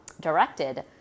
directed